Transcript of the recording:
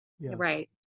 right